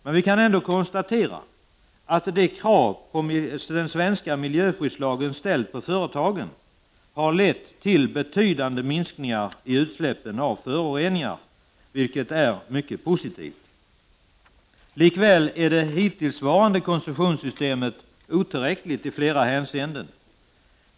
Men vi kan ändå konstatera att de krav som den svenska miljöskyddslagen ställer på företagen har lett till betydligt minskade utsläpp av föroreningar, vilket är mycket positivt. Likväl är det hittillsvarande koncessionssystemet otillräckligt i flera hänseenden.